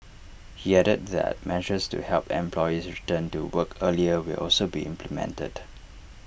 he added that measures to help employees return to work earlier will also be implemented